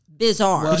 bizarre